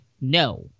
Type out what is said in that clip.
no